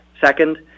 Second